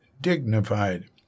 dignified